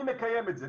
אני מקיים את זה.